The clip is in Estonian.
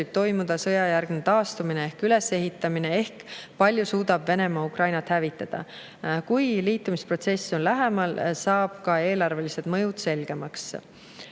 toimuda sõjajärgne taastumine ehk ülesehitamine ehk kui palju suudab Venemaa Ukrainat hävitada. Kui liitumisprotsess on lähemal, saab ka eelarveline mõju selgemaks. Neljas